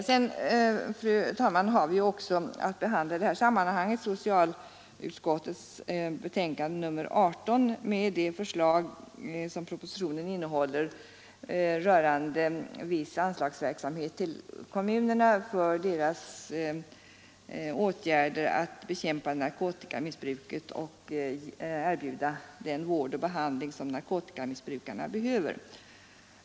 Fru talman! I detta sammanhang har vi också att behandla socialutskottets betänkande nr 18 med de förslag som propositionen innehåller rörande vissa anslag till kommunerna för deras åtgärder för att bekämpa narkotikamissbruket och erbjuda den vård och behandling som narkotikamissbrukarna behöver.